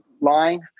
line